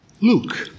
Luke